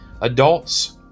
adults